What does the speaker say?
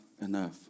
enough